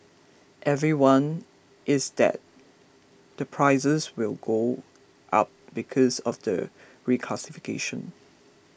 everyone is that the prices will go up because of the reclassification